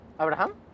Abraham